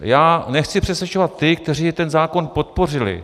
Já nechci přesvědčovat ty, kteří ten zákon podpořili.